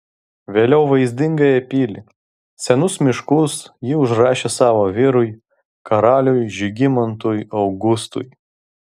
vėliau vaizdingąją pilį senus miškus ji užrašė savo vyrui karaliui žygimantui augustui